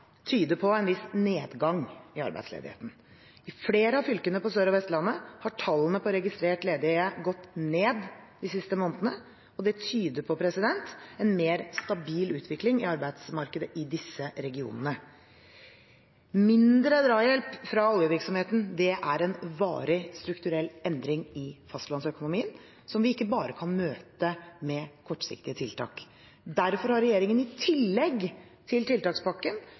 tyder på en viss nedgang i arbeidsledigheten. I flere av fylkene på Sør- og Vestlandet har tallet på registrerte ledige gått ned de siste månedene. Det tyder på en mer stabil utvikling i arbeidsmarkedet i disse regionene. Mindre drahjelp fra oljevirksomheten er en varig, strukturell endring i fastlandsøkonomien, som vi ikke bare kan møte med kortsiktige tiltak. Derfor har regjeringen i tillegg til tiltakspakken